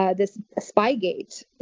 ah this spygate.